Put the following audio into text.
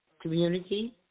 community